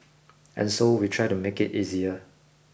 and so we try to make it easier